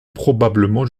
probablement